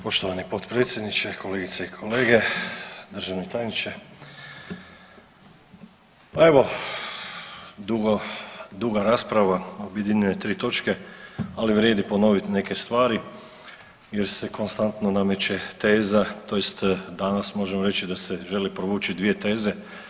Poštovani potpredsjedniče, kolegice i kolege, državni tajniče pa evo duga rasprava, objedinjuje tri točke ali vrijedi ponoviti neke stvari jer se konstantno nameće teza, tj. danas možemo reći da se želi provući dvije teze.